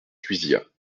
cuisiat